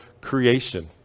creation